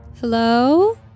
Hello